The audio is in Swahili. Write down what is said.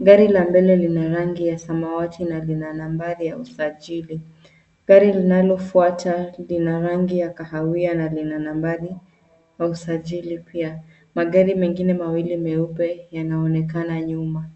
Gari la mbele lina rangi ya samawati na lina nambari ya usajili. Gari linalofuata lina rangi ya kahawia na lina nambari ya usajili pia. Magari mengine mawili meupe yanaonekana nyuma.